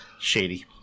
Shady